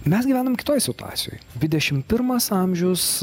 mes gyvenam kitoj situacijoj dvidešimt pirmas amžius